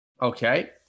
Okay